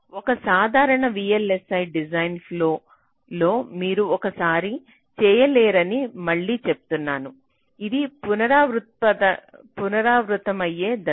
ఒక సాధారణ VLSI design flow design flow లో మీరు ఒకేసారి చేయలేరని మళ్ళీ చెప్తున్నాను ఇది పునరావృతమయ్యే దశ